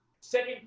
second